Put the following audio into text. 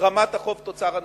רמת החוב תוצר הנוכחית.